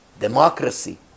democracy